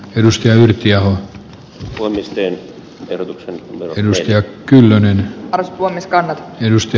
edustaja jyrki ahon puolisoiden erotuksen kynsi ja kyllönen arto heiskanen ennusti